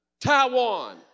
Taiwan